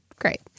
Great